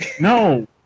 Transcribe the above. no